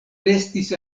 restis